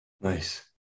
Nice